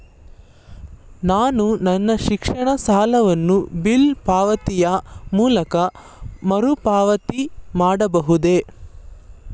ನಾನು ನನ್ನ ಶಿಕ್ಷಣ ಸಾಲವನ್ನು ಬಿಲ್ ಪಾವತಿಯ ಮೂಲಕ ಮರುಪಾವತಿ ಮಾಡಬಹುದೇ?